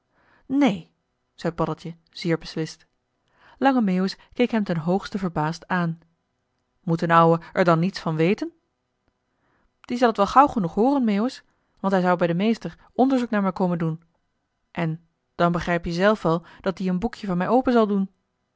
neen zei paddeltje zeer beslist lange meeuwis keek hem ten hoogste verbaasd aan moet d'n ouwe er dan niets van weten die zal t wel gauw genoeg hooren meeuwis want hij zou bij den meester onderzoek naar mij komen doen en dan begrijp je zelf wel dat die een boekje van mij open zal doen